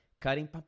cutting